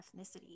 ethnicity